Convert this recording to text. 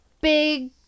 big